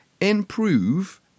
improve